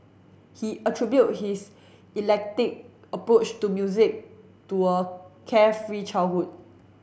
he attribute his approach to music to a carefree childhood